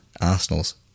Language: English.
Arsenal's